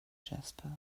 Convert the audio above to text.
jasper